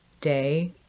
day